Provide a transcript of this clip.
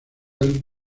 alguien